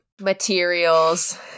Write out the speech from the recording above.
materials